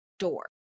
Door